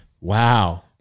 Wow